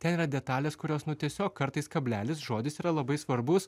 ten yra detalės kurios nu tiesiog kartais kablelis žodis yra labai svarbus